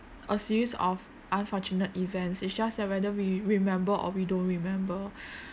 a series of unfortunate events it's just that whether we remember or we don't remember